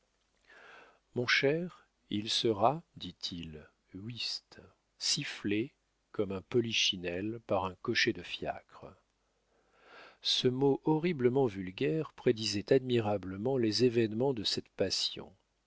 mon cher il sera dit-il uist sifflé comme un polichinelle par un cocher de fiacre ce mot horriblement vulgaire présidait admirablement les événements de cette passion